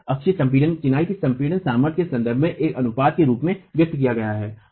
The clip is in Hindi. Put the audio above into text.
यह अक्षीय संपीड़न चिनाई की संपीड़ित सामर्थ्य के संबंध में एक अनुपात के रूप में व्यक्त किया गया है